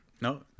No